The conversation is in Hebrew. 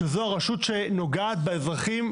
זו הרשות שנוגעת באזרחים,